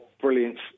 brilliance